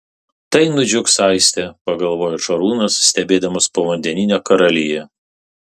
tai nudžiugs aistė pagalvojo šarūnas stebėdamas povandeninę karaliją